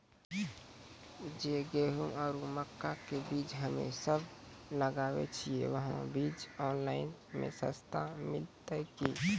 जे गेहूँ आरु मक्का के बीज हमे सब लगावे छिये वहा बीज ऑनलाइन मे सस्ता मिलते की?